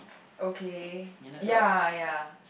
okay ya ya